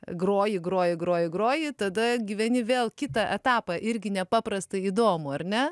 groji groji groji groji tada gyveni vėl kitą etapą irgi nepaprastai įdomų ar ne